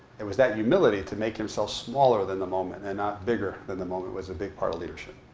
it was that humility to make himself smaller than the moment and not bigger than the moment was a big part of leadership,